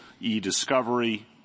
e-discovery